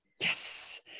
Yes